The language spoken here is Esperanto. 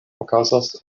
okazas